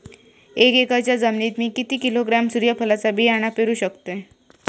एक एकरच्या जमिनीत मी किती किलोग्रॅम सूर्यफुलचा बियाणा पेरु शकतय?